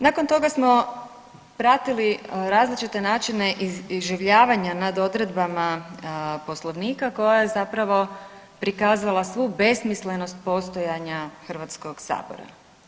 Nakon toga smo pratili različite načine iživljavanja nad odredbama Poslovnika koja je zapravo prikazala svu besmislenost postojanja Hrvatskog sabora.